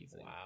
wow